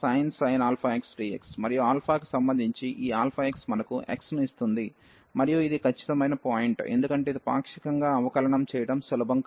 మరియు α కి సంబంధించి ఈ αx మనకు x ను ఇస్తుంది మరియు ఇది ఖచ్చితమైన పాయింట్ ఎందుకంటే ఇది పాక్షికంగా అవకలనం చేయడం సులభం కాదు